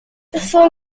son